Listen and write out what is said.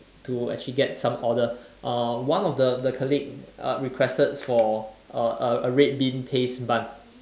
to actually get some order uh one of the the colleague uh requested for a a a red bean paste bun